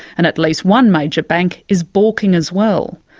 and at least one major bank is baulking as well.